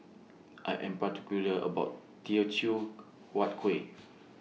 I Am particular about Teochew Huat Kuih